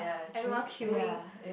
everyone queuing